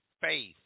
faith